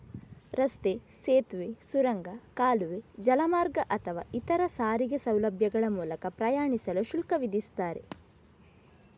ರಸ್ತೆ, ಸೇತುವೆ, ಸುರಂಗ, ಕಾಲುವೆ, ಜಲಮಾರ್ಗ ಅಥವಾ ಇತರ ಸಾರಿಗೆ ಸೌಲಭ್ಯಗಳ ಮೂಲಕ ಪ್ರಯಾಣಿಸಲು ಶುಲ್ಕ ವಿಧಿಸ್ತಾರೆ